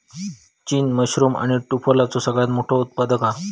चीन मशरूम आणि टुफलाचो सगळ्यात मोठो उत्पादक हा